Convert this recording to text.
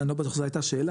אני לא בטוח שזו הייתה שאלה,